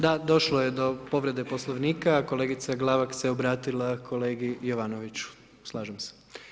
Da, došlo je do povrede Poslovnika, kolegica Glavak se obratila kolegi Jovanoviću, slažem se.